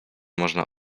można